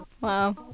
Wow